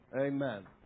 Amen